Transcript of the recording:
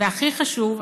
והכי חשוב,